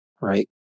right